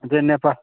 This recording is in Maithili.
जे नेपाल